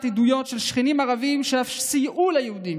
עדויות על שכנים ערבים שאף סייעו ליהודים,